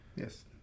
Yes